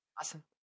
Awesome